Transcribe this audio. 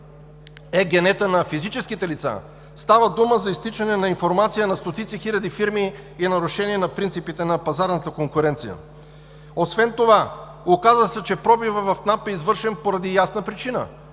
ЕГН-та на физически лица, става дума за изтичане на информация на стотици хиляди фирми и нарушение на принципите на пазарната конкуренция. Освен това се оказа, че пробивът в НАП е извършен поради ясна причина –